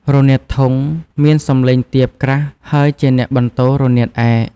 រនាតធុង មានសំឡេងទាបក្រាស់ ហើយជាអ្នកបន្ទររនាតឯក។